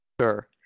Sure